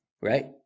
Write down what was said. right